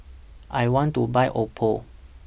I want to Buy Oppo